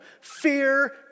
fear